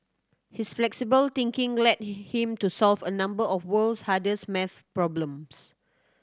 his flexible thinking led him to solve a number of world's hardest maths problems